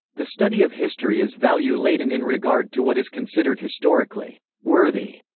the study of history is value-laden in regard to what is considered historically worthy.